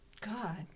God